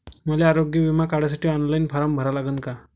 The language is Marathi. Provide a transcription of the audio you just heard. मले आरोग्य बिमा काढासाठी ऑनलाईन फारम भरा लागन का?